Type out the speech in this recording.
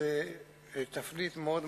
זו תפנית מאוד חשובה.